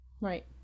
Right